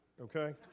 Okay